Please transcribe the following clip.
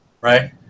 Right